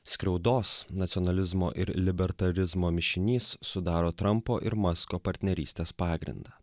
skriaudos nacionalizmo ir libertarizmo mišinys sudaro trampo ir masko partnerystės pagrindą